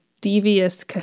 devious